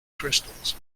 crystals